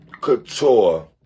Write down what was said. Couture